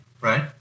Right